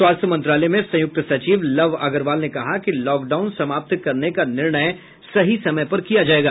स्वास्थ्य मंत्रालय में संयुक्त सचिव लव अग्रवाल ने कहा कि लॉकडाउन समाप्त करने का निर्णय सही समय पर किया जायेगा